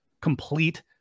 complete